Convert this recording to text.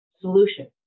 solution